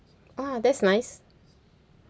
!wah! that's nice